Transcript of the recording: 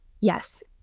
Yes